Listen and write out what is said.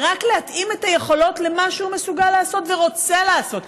זה רק להתאים את היכולות למה שהוא מסוגל לעשות ורוצה לעשות.